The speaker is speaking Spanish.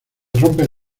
rompes